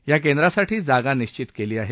या केंद्रासाठी जागा निश्चित केली आहे